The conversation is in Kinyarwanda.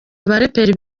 abaraperi